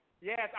Yes